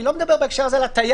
אני לא מדבר בהקשר הזה על התייר,